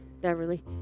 Beverly